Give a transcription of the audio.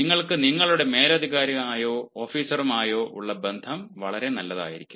നിങ്ങൾക്ക് നിങ്ങളുടെ മേലധികാരിയുമായോ ഓഫീസറുമായോ ഉള്ള ബന്ധം വളരെ നല്ലതായിരിക്കാം